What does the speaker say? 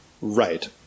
Right